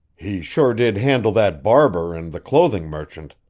he sure did handle that barber and the clothin' merchant,